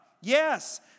Yes